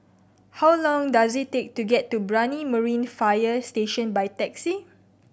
how long does it take to get to Brani Marine Fire Station by taxi